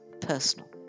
personal